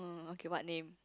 okay what name